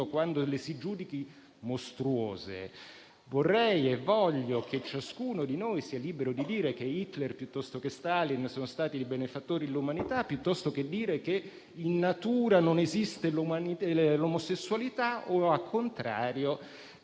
quando le si giudichi mostruose. Vorrei e voglio che ciascuno di noi sia libero di dire che Hitler o Stalin siano stati i benefattori dell'umanità, piuttosto che dire che in natura non esiste l'omosessualità o, al contrario,